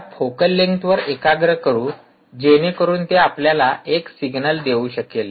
त्याच्या focal length वर एकाग्र करू जेणेकरून ते आपल्याला एक सिग्नल देऊ शकेल